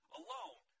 alone